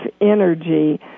energy